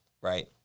right